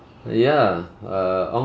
ya err ong